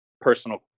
personal